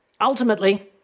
Ultimately